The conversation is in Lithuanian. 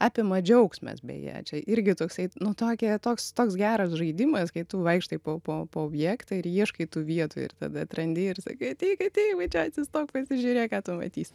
apima džiaugsmas beje čia irgi toksai nu tokia toks toks geras žaidimas kai tu vaikštai po po po objektą ir ieškai tų vietų ir tada atrandi ir sakai ateik ateik va čia sustok pasižiūrėk ką tu matysi